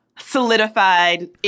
solidified